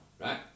right